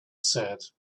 said